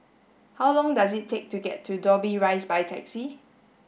how long does it take to get to Dobbie Rise by taxi